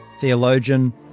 theologian